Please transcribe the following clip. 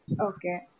Okay